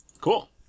Cool